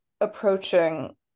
approaching